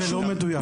זה לא מדויק.